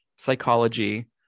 psychology